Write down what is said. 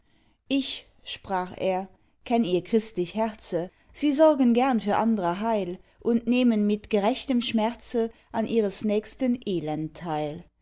ich sprach er kenn ihr christlich herze sie sorgen gern für andrer heil und nehmen mit gerechtem schmerze an ihres nächsten elend teil